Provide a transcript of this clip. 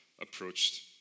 approached